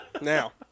now